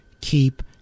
keep